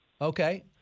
Okay